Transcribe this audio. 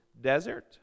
desert